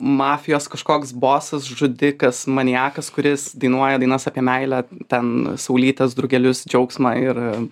mafijos kažkoks bosas žudikas maniakas kuris dainuoja dainas apie meilę ten saulytes drugelius džiaugsmą ir